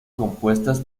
compuestas